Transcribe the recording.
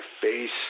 face